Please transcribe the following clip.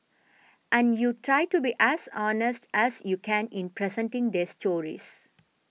and you try to be as honest as you can in presenting their stories